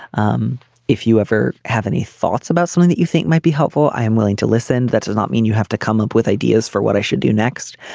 um if you ever have any thoughts about something that you think might be helpful i am willing to listen. that does not mean you have to come up with ideas for what i should do next.